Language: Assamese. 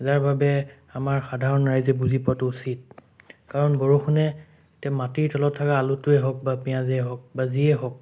যাৰবাবে আমাৰ সাধাৰণ ৰাইজে বুজি পোৱাতো উচিত কাৰণ বৰষুণে এতিয়া মাটিৰ তলত থকা আলুটোৱেই হওক পিঁয়াজেই হওক বা যিয়েই হওক